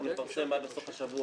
אנחנו נפרסם עד לסוף השבוע,